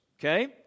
Okay